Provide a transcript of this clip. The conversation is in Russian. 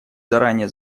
заранее